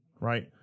right